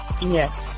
Yes